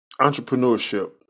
entrepreneurship